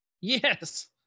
Yes